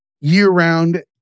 year-round